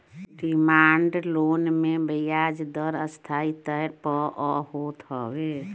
demand loan मे बियाज दर अस्थाई तौर पअ होत हवे